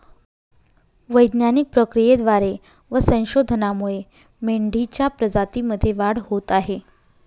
वैज्ञानिक प्रक्रियेद्वारे व संशोधनामुळे मेंढीच्या प्रजातीमध्ये वाढ होत आहे